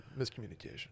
Miscommunication